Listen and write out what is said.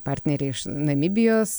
partneriai iš namibijos